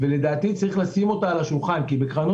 השותפים ירצו לצאת כי יגידו,